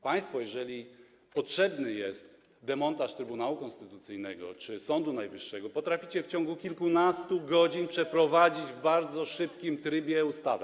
Państwo, jeżeli potrzebny jest demontaż Trybunału Konstytucyjnego czy Sądu Najwyższego, potraficie w ciągu kilkunastu godzin przeprowadzić w bardzo szybkim trybie ustawę.